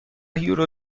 یورو